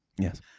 Yes